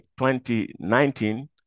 2019